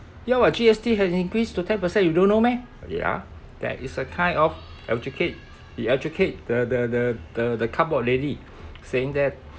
you know what G_S_T has increased to ten percent you don't know meh oh ya that is a kind of educate he educate the the the the the cardboard lady saying that